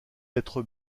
lettre